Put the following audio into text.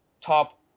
top